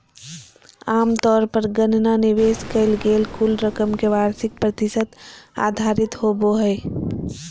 आमतौर पर गणना निवेश कइल गेल कुल रकम के वार्षिक प्रतिशत आधारित होबो हइ